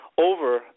over